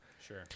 sure